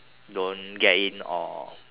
don't get in or